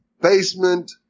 basement